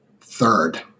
Third